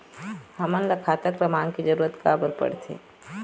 हमन ला खाता क्रमांक के जरूरत का बर पड़थे?